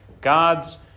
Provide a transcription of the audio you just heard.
God's